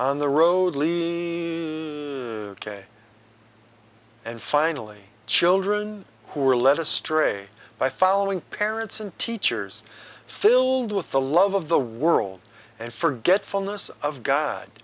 on the road lee k and finally children who were led astray by following parents and teachers filled with the love of the world and forgetfulness of god